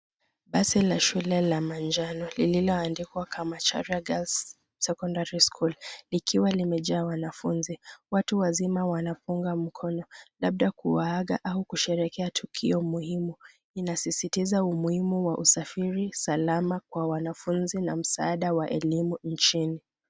Basi la shule la manjano lililoandikwa Kamacharia Girls Secondary School likiwa limejaa wanafunzi. Watu wazima wanapunga mkono labda kuwaaga au kusherehekea tukio muhimu. Inasisitiza umuhimu wa usafiri salama kwa wanafunzi na msaada wa elimu nchini.